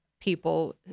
people